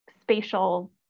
spatial